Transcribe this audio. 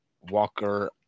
Walker